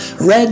Red